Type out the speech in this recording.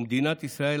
ומדינת ישראל,